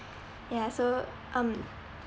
ya so um